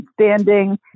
standing